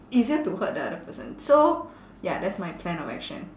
easier to hurt the other person so ya that's my plan of action